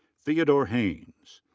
theodore hanes.